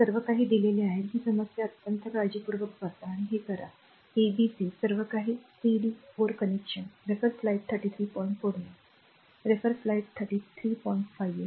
सर्व काही दिलेले आहे ही समस्या अत्यंत काळजीपूर्वक वाचा आणि हे करा a b c सर्व सर्व c d 4 कनेक्शन आहेत